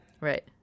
Right